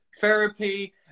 therapy